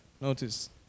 Notice